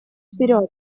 вперед